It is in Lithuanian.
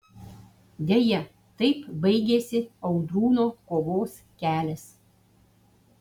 deja taip baigėsi audrūno kovos kelias